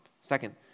Second